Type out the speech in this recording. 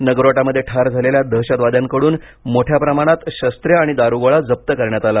नगरोटामध्ये ठार झालेल्या दहशतवाद्यांकडून मोठ्या प्रमाणात शस्त्रे आणि दारूगोळा जप्त करण्यात आला